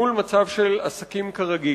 מול מצב של עסקים כרגיל.